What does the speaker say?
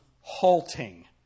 halting